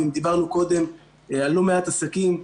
אם דיברנו קודם על לא מעט עסקים,